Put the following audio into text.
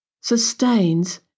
sustains